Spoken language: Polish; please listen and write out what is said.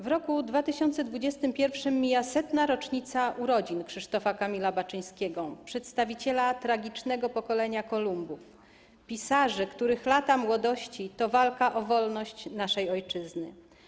W roku 2021 mija 100. rocznica urodzin Krzysztofa Kamila Baczyńskiego, przedstawiciela tragicznego pokolenia Kolumbów, pisarzy, których lata młodości to walka o wolność naszej ojczyzny.